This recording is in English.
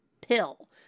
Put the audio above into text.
pill